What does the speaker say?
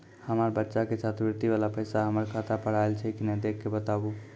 हमार बच्चा के छात्रवृत्ति वाला पैसा हमर खाता पर आयल छै कि नैय देख के बताबू?